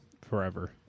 forever